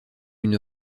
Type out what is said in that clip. une